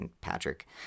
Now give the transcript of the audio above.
Patrick